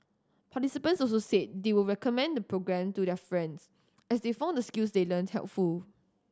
participants also said they would recommend the programme to their friends as they found the skills they learnt helpful